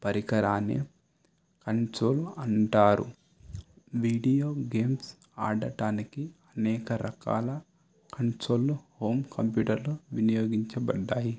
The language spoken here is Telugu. పరికరాన్ని కంచు అంటారు వీడియో గేమ్స్ ఆడటానికి అనేక రకాల కంచులను హోమ్ కంప్యూటర్లు వినియోగించబడ్డాయి